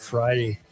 Friday